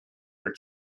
her